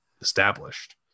established